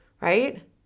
right